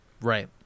right